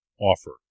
offer